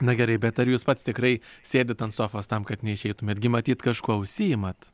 na gerai bet ar jūs pats tikrai sėdit ant sofos tam kad neišeitumėt gi matyt kažkuo užsiimat